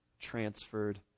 transferred